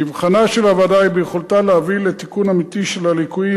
מבחנה של הוועדה הוא ביכולתה להביא לתיקון אמיתי של הליקויים